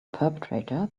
perpetrator